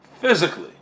physically